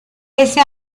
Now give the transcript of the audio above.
ese